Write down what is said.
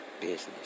business